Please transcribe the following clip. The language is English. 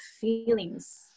feelings